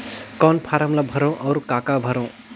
कौन फारम ला भरो और काका भरो?